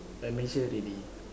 I make sure ready